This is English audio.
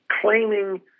claiming